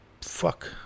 fuck